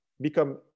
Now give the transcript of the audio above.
become